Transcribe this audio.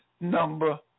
Number